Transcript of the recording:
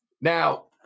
Now